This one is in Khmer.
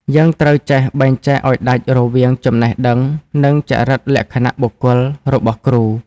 យើងត្រូវចេះបែងចែកឱ្យដាច់រវាង «ចំណេះដឹង» និង «ចរិតលក្ខណៈបុគ្គល» របស់គ្រូ។